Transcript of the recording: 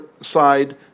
side